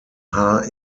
haar